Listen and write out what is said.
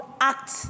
act